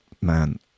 Man